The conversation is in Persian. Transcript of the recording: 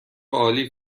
عالی